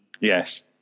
Yes